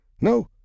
No